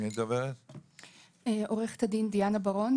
דיאנה בארון,